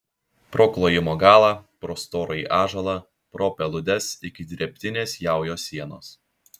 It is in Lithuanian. pro klojimo galą pro storąjį ąžuolą pro peludes iki drėbtinės jaujos sienos